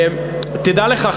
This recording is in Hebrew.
תדע לך,